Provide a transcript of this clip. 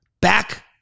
Back